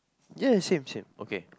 ya same same okay